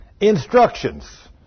Instructions